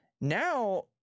now